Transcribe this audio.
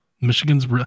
Michigan's